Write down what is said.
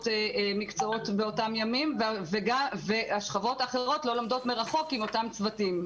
מקצועות באותם ימים והשכבות האחרות לא לומדות מרחוק עם אותם צוותים.